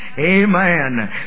Amen